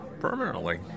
permanently